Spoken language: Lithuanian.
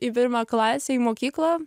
į pirmą klasę į mokyklą